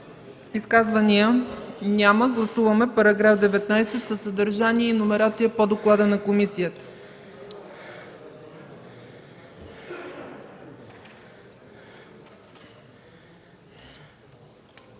Изказвания? Няма. Гласуваме § 19 със съдържание и номерация по доклада на комисията.